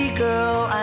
girl